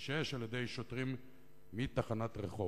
בכביש 6 על-ידי שוטרים מתחנת רחובות.